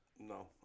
No